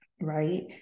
right